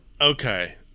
Okay